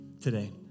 today